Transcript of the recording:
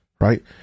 right